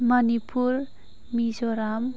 Manipur Mizoram